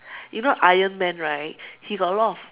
you know Iron man right he got a lot of